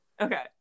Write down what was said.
Okay